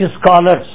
scholars